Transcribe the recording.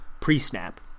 pre-snap